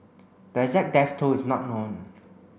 the exact death toll is not known